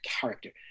character